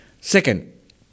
Second